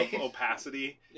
opacity